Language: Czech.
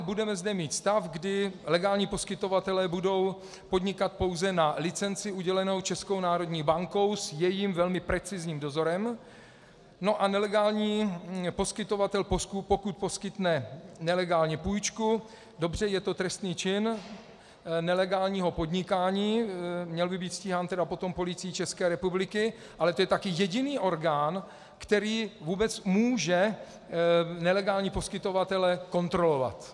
Budeme zde mít stav, kdy legální poskytovatelé budou podnikat pouze na licenci udělenou Českou národní bankou s jejím velmi precizním dozorem a nelegální poskytovatel, pokud poskytne nelegálně půjčku, dobře, je to trestný čin nelegálního podnikání, měl by být stíhán potom Policií České republiky, ale to je taky jediný orgán, který vůbec může nelegální poskytovatele kontrolovat.